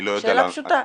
שאלה פשוטה.